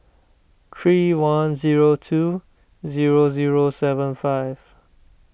three one zero two zero zero seven five